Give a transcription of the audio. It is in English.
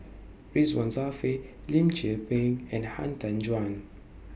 Ridzwan Dzafir Lim Tze Peng and Han Tan Juan